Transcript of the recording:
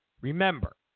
Remember